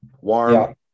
warm